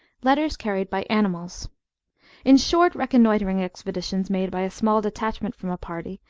letters carried by animals in short reconnoitring expeditions made by a small detachment from a party,